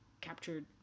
captured